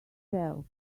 tell